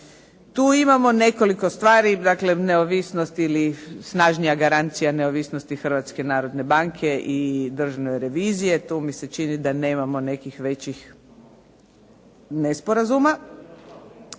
Tu imamo nekoliko stvari, dakle neovisnost ili snažnija garancija neovisnosti Hrvatske narodne banke i Državne revizije. Tu mi se čini da nemamo nekih većih nesporazuma.